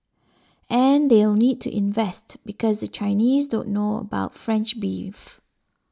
and they'll need to invest because the Chinese don't know about French beef